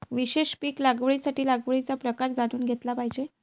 विशेष पीक लागवडीसाठी लागवडीचा प्रकार जाणून घेतला पाहिजे